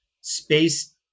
space